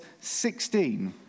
16